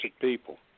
people